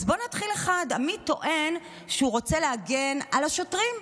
אז בואו נתחיל: עמית טוען שהוא רוצה להגן על השוטרים,